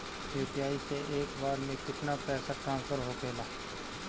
UPI से एक बार मे केतना पैसा ट्रस्फर होखे ला?